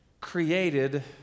created